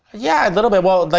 yeah, a little bit. well,